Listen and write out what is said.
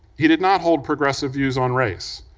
he did not hold progressive views on race,